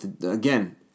again